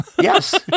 Yes